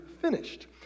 finished